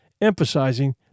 emphasizing